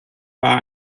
war